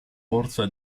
borsa